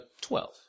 Twelve